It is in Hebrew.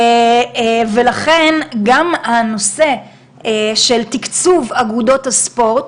ולכן גם הנושא של תיקצוב אגודות הספורט,